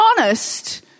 honest